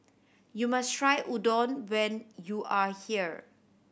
you must try Udon when you are here